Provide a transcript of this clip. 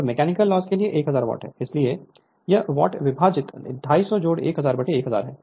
और mechanical loss के लिए 1000 वाट है इसलिए यह वाट विभाजित 2501000 1000 है